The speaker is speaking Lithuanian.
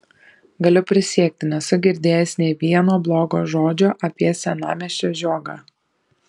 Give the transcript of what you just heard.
galiu prisiekti nesu girdėjęs nei vieno blogo žodžio apie senamiesčio žiogą